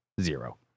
Zero